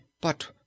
But